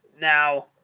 Now